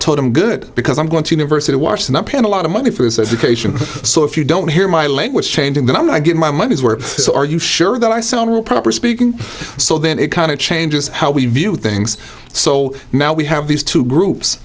told him good because i'm going to university of washington i'm paying a lot of money for his education so if you don't hear my language changing then i get my money's worth so are you sure that i sound real proper speaking so then it kind of changes how we view things so now we have these two groups